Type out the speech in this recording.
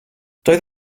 doedd